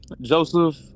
joseph